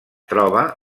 troba